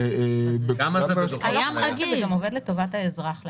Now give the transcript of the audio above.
זה עובד לטובת האזרח.